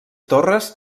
torres